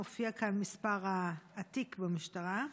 מופיע כאן מספר התיק במשטרה,